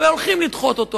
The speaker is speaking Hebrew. והולכים לדחות אותו.